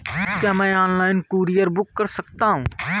क्या मैं online courier book कर सकता हूँ?